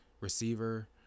receiver